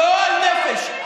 גועל נפש.